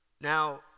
Now